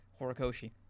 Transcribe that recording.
Horikoshi